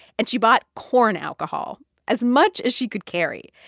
and she bought corn alcohol as much as she could carry.